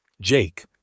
Jake